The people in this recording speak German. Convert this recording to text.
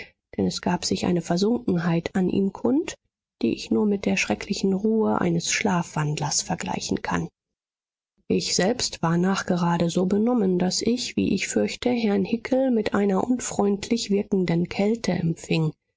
denn es gab sich eine versunkenheit an ihm kund die ich nur mit der schrecklichen ruhe eines schlafwandlers vergleichen kann ich selbst war nachgerade so benommen daß ich wie ich fürchte herrn hickel mit einer unfreundlich wirkenden kälte empfing